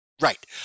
right